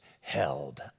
held